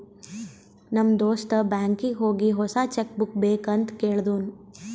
ನಮ್ ದೋಸ್ತ ಬ್ಯಾಂಕೀಗಿ ಹೋಗಿ ಹೊಸಾ ಚೆಕ್ ಬುಕ್ ಬೇಕ್ ಅಂತ್ ಕೇಳ್ದೂನು